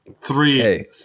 Three